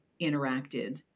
interacted